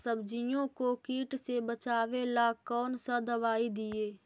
सब्जियों को किट से बचाबेला कौन सा दबाई दीए?